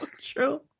True